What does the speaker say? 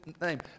name